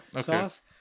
sauce